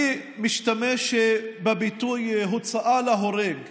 אני משתמש בביטוי "הוצאה להורג"